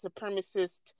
supremacist